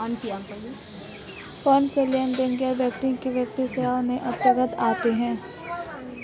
कौनसे लेनदेन गैर बैंकिंग वित्तीय सेवाओं के अंतर्गत आते हैं?